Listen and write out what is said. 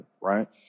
right